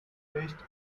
faced